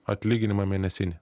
atlyginimą mėnesinį